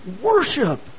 worship